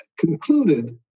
concluded